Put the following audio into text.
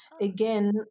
Again